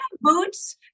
boots